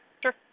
Sure